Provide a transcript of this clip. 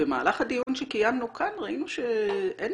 במהלך הדיון שקיימנו כאן ראינו שאין